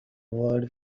world